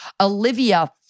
Olivia